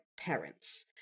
parents